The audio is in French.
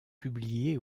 publiés